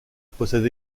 possède